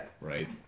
right